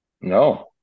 No